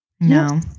no